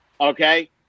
Okay